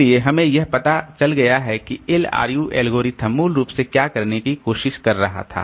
इसलिए हमें यह पता चल गया है कि LRU एल्गोरिदम मूल रूप से क्या करने की कोशिश कर रहा था